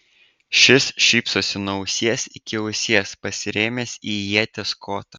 šis šypsosi nuo ausies iki ausies pasirėmęs į ieties kotą